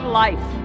life